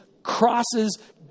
Crosses